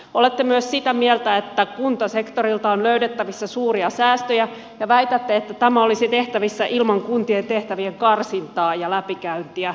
olette myös sitä mieltä että kuntasektorilta on löydettävissä suuria säästöjä ja väitätte että tämä olisi tehtävissä ilman kuntien tehtävien karsintaa ja läpikäyntiä